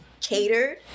catered